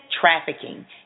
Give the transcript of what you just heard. trafficking